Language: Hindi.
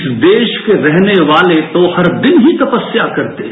इस देश के रहने वाले तो हर दिन ही तपस्या करते हैं